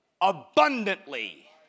abundantly